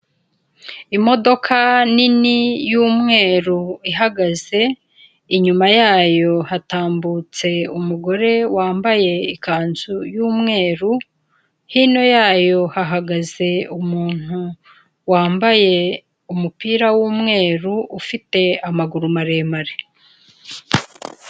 Imodoka nini y'umweru ihagaze inyuma yayo hatambutse umugore wambaye ikanzu y'umweru, hino yayo hahagaze umuntu wambaye umupira w'umweru, ufite amaguru maremare.